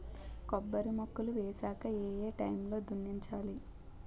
కొబ్బరి మొక్కలు వేసాక ఏ ఏ టైమ్ లో దున్నించాలి?